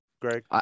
Greg